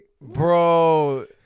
Bro